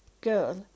girl